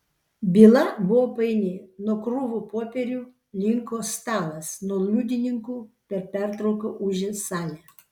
byla buvo paini nuo krūvų popierių linko stalas nuo liudininkų per pertrauką ūžė salė